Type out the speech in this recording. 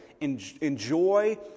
enjoy